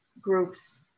groups